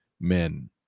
men